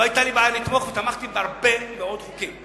לא היתה לי בעיה לתמוך ותמכתי בהרבה מאוד חוקים,